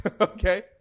Okay